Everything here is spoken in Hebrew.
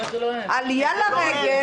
עלייה לרגל?